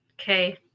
Okay